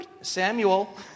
Samuel